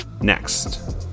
next